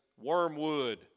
wormwood